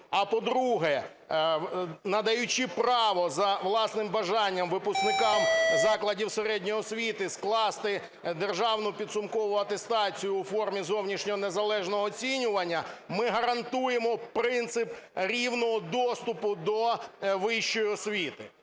А по-друге, надаючи право за власним бажанням випускникам закладів середньої освіти скласти державну підсумкову атестацію у формі зовнішнього незалежного оцінювання, ми гарантуємо принцип рівного доступу до вищої освіти.